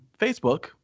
Facebook